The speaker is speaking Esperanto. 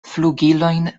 flugilojn